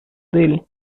dele